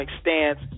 stance